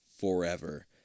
forever